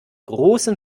großen